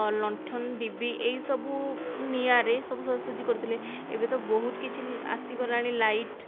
ଲଣ୍ଠନ୍ ଡିବି ଏଇ ସବୁ ନିଆଁରେ ସବୁ ସଜାସଜି କରୁଥିଲେ ଏବେ ତ ବହୁତ କିଛି ଆସିଗଲାଣି ଲାଇଟ